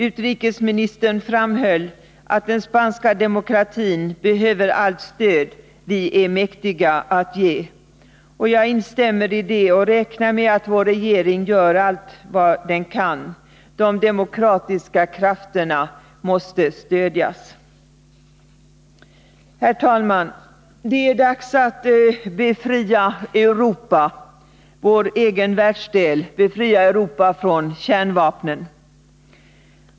Utrikesministern framhöll att den spanska demokratin behöver allt stöd vi är mäktiga att ge. Jag instämmer i det och räknar med att vår regering gör allt vad den kan. De demokratiska krafterna måste stödjas. Herr talman! Det är dags att befria Europa, vår egen världsdel — att befria Europa från kärnvapnen.